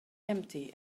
empty